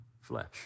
flesh